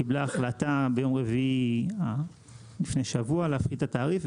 קיבלה החלטה ביום רביעי לפני שבוע להפחית את התעריף,